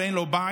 אין לו בית,